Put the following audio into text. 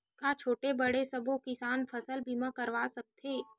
का छोटे बड़े सबो किसान फसल बीमा करवा सकथे?